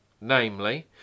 namely